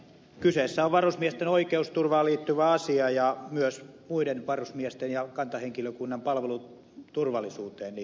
kyseessä on varusmiesten oikeusturvaan liittyvä asia ja myös muiden varusmiesten ja kantahenkilökunnan palvelut turvallisuuteen ei